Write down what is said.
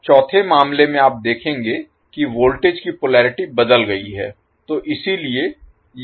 अब चौथे मामले में आप देखेंगे की वोल्टेज की पोलरिटी बदल गयी है